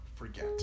forget